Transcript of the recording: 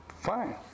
Fine